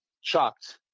shocked